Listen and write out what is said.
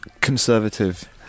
conservative